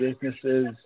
businesses